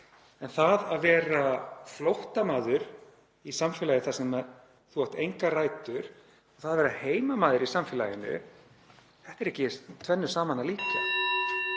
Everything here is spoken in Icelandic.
en það að vera flóttamaður í samfélagi þar sem þú átt engar rætur og það að vera heimamaður í samfélaginu, það er ekki tvennu saman að líkja.